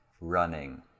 running